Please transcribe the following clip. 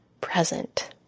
present